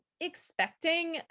expecting